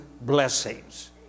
blessings